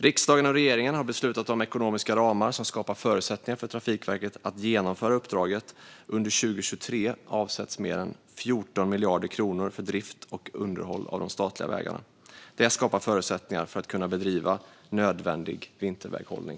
Riksdagen och regeringen har beslutat om ekonomiska ramar som skapar förutsättningar för Trafikverket att genomföra uppdraget. Under 2023 avsätts mer än 14 miljarder kronor för drift och underhåll av de statliga vägarna. Det skapar förutsättningar för att bedriva nödvändig vinterväghållning.